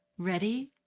ready,